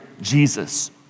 Jesus